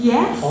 Yes